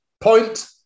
Point